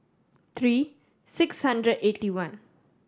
three six hundred eighty one